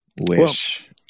wish